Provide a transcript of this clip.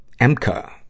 Emka